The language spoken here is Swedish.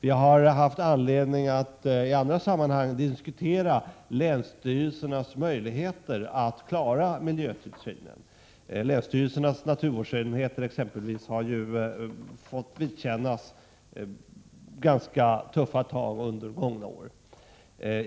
Vi har haft anledning att i andra sammanhang diskutera länsstyrelsernas möjligheter att klara miljötillsynen. Länsstyrelsernas naturvårdsenheter har t.ex. utsatts för ganska tuffa tag under de gångna åren.